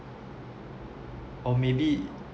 or maybe